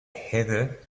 heather